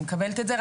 אני מקבלת את זה,